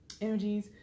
energies